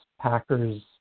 Packers